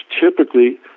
typically